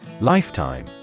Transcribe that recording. Lifetime